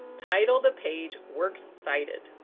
title the page works cited.